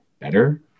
better